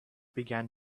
began